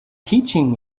teaching